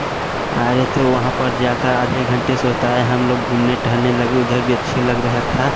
आ रहे थे वहाँ पर जाकर आधे घंटे सोता है हम लोग घूमने टहलने लगे उधर भी अच्छी लग रहा था